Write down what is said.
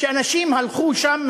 שאנשים הלכו שם,